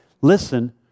Listen